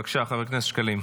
בבקשה, חבר הכנסת שקלים.